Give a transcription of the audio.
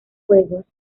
juegos